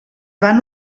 van